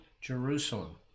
Jerusalem